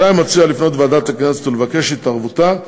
רשאי המציע לפנות לוועדת הכנסת ולבקש התערבותה.